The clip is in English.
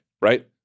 right